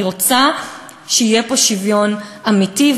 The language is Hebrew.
אני רוצה שיהיה פה שוויון אמיתי,